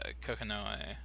Kokonoe